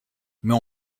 mais